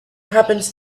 happens